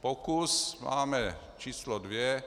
Pokus máme číslo 2,